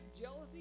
jealousy